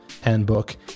handbook